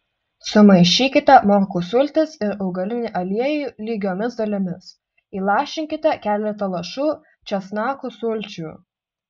sumaišykite morkų sultis ir augalinį aliejų lygiomis dalimis įlašinkite keletą lašų česnakų sulčių